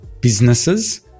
businesses